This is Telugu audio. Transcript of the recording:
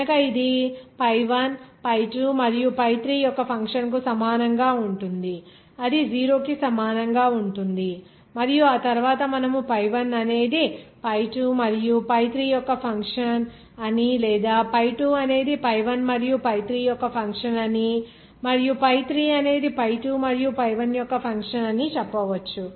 కనుక ఇది pi 1 pi2 మరియు pi 3 యొక్క ఫంక్షన్కు సమానంగా ఉంటుంది అది 0 కి సమానంగా ఉంటుంది మరియు ఆ తరువాత మనము pi 1 అనేది pi 2 మరియు pi 3 యొక్క ఫంక్షన్ అని లేదా pi 2 అనేది pi 1 మరియు pi 3 యొక్క ఫంక్షన్ అని మరియు pi 3 అనేది pi 2 మరియు pi 1 యొక్క ఫంక్షన్ అని చెప్పవచ్చు